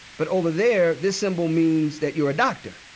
but over there this symbol means that you're a doctor.